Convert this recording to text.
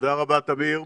תודה רבה, תמיר.